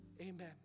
Amen